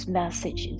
message